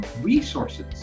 Resources